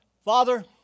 Father